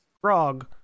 Frog